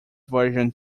version